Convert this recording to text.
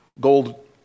gold